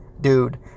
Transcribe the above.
dude